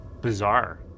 bizarre